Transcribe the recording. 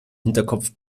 hinterkopf